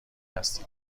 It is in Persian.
هستین